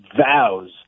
vows